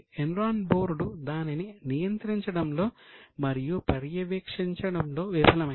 Enron board దానిని నియంత్రించడంలో మరియు పర్యవేక్షించడంలో విఫలమైంది